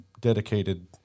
dedicated